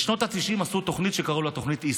בשנות התשעים עשו תוכנית שקראו לה "תוכנית איסלנד".